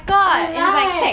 !walao! eh